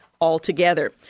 altogether